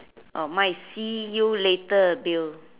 uh mine is see you later Bill